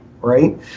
right